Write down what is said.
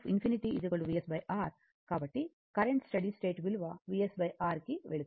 కాబట్టి current steady state విలువ Vs R కి వెళుతుంది